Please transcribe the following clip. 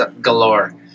galore